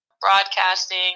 broadcasting